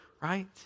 right